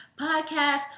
podcast